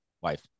wife